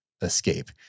escape